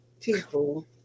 people